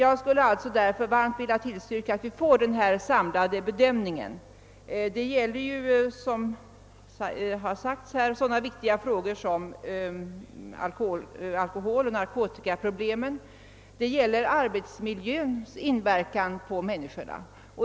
Jag vill alltså varmt tillstyrka att vi får denna samlade bedömning. Det gäller ju, som här sagts, sådana viktiga frågor som alkoholoch narkotikaproblemen, och det gäller arbetsmiljöns inverkan på människorna.